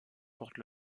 porte